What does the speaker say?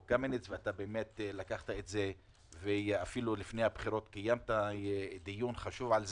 אתה לקחת את זה ואפילו לפני הבחירות קיימת דיון חשוב על זה.